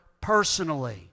personally